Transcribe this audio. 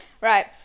Right